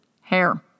hair